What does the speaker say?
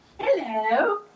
Hello